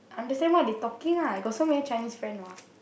understand what they talking lah I got so many Chinese friend what